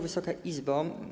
Wysoka Izbo!